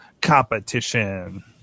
competition